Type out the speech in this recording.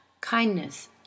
kindness